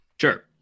Sure